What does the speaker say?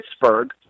Pittsburgh